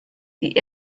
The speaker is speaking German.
die